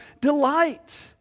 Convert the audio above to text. delight